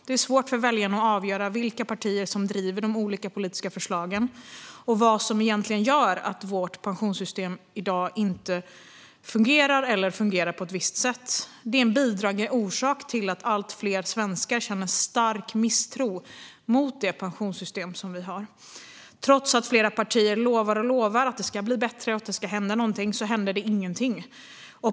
Det är svårt för väljarna att avgöra vilka partier som driver de olika politiska förslagen och vad som egentligen gör att vårt pensionssystem i dag inte fungerar eller fungerar på ett visst sätt. Det är en bidragande orsak till att allt fler svenskar känner stark misstro mot pensionssystemet. Trots att flera partier lovar och lovar att pensionssystemet ska bli bättre och att det ska hända någonting händer ingenting.